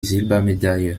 silbermedaille